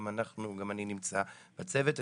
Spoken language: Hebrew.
גם אני נמצא בצוות.